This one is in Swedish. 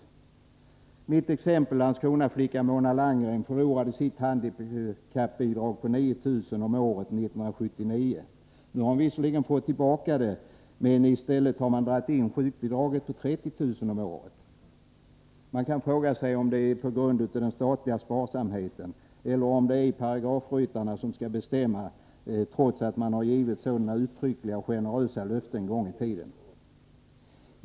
Flickan i mitt exempel — Landskronaflickan Mona Landgren — förlorade sitt handikappbidrag på 9 000 kr. om året 1979. Nu har hon visserligen fått det tillbaka, men i stället har man dragit in sjukbidraget på 30000 kr. om året. Man kan fråga sig om det är förbundet med den statliga sparsamheten eller om det är paragrafryttarna som skall bestämma, trots att det givits så uttryckliga och generösa löften en gång i tiden.